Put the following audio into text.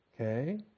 Okay